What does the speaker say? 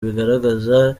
bigaragaza